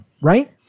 Right